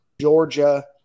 Georgia